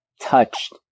touched